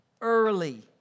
early